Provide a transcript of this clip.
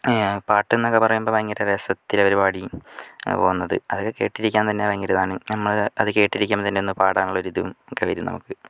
പാട്ടെന്നൊക്കെ പറയുമ്പോൾ ഭയങ്കര രസത്തിലവർ പാടി പോകുന്നത് അത് കേട്ടിരിക്കാന് തന്നെ ഭയങ്കരയിതാണ് നമ്മൾ അത് കേട്ടിരിക്കുമ്പോൾ തന്നെ ഒന്ന് പാടാനുള്ളൊരിതും ഒക്കെ വരും നമുക്ക്